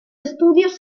estudios